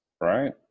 right